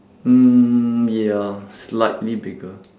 mm ya slightly bigger